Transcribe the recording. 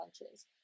lunches